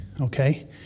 Okay